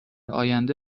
آینده